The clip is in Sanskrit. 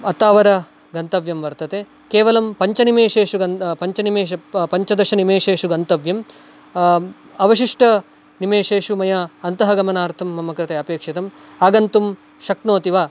अत्तावर गन्तव्यं वर्तते केवलं पञ्चनिमेशेषु पञ्चनिमेश पञ्चदशनिमेशेषु गन्तव्यं अवशिष्टनिमेशेषु मया अन्तः गमनार्थं मम कृते अपेक्षितम् आगन्तुं शक्नोति वा